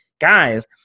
Guys